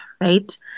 right